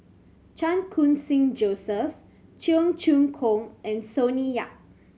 Chan Khun Sing Joseph Cheong Choong Kong and Sonny Yap